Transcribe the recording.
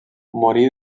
morí